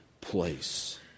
place